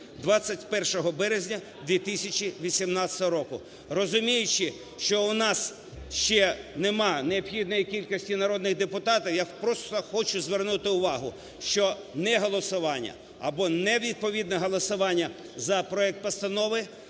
21 березня 2018 року. Розуміючи, що у нас ще нема необхідної кількості народних депутатів, я просто хочу звернути увагу, що неголосування або невідповідне голосування за проект постанови